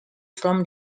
from